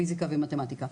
פיזיקה ומתמטיקה.